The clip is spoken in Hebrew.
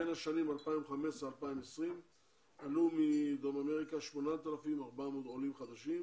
בין השנים 2015 ל-2020 עלו מדרום אמריקה 8,400 עולים חדשים,